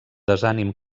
desànim